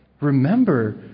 Remember